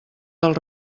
del